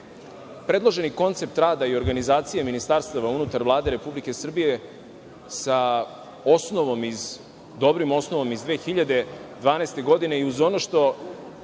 predloženi koncept rada i organizacije ministarstava unutar Vlade Republike Srbije sa dobrim osnovnom iz 2012. godine i uz ono što